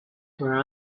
where